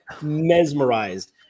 mesmerized